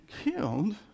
killed